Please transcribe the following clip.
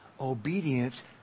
obedience